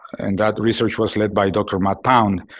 and that research was led by dr. mat pound.